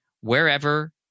wherever